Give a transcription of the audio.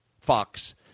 Fox